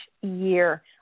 year